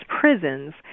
prisons